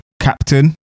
Captain